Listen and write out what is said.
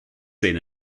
trên